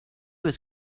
his